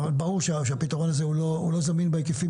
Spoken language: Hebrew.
אבל ברור שהפתרון הזה הוא לא זמין בהיקפים